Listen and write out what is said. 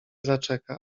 zaczeka